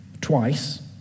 twice